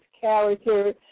character